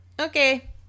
okay